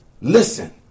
Listen